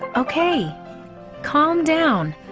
okay calm down.